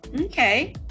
okay